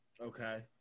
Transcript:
Okay